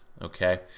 okay